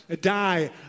die